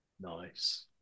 nice